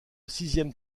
sixième